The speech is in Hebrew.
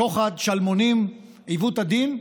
שוחד, שלמונים, עיוות הדין,